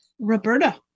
Roberta